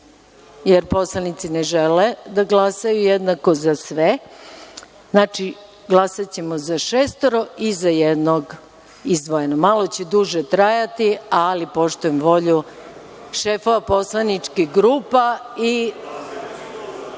jer poslanici ne žele da glasaju jednako za sve. Znači, glasaćemo za šestoro i za jednog izdvojeno. Malo će duže trajati, ali poštujem volju šefova poslaničkih grupa i